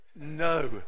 no